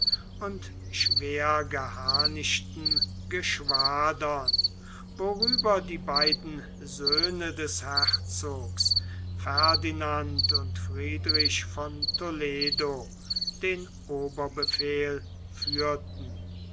und schwergeharnischten geschwadern worüber die beiden söhne des herzogs ferdinand und friedrich von toledo den oberbefehl führten